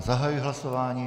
Zahajuji hlasování.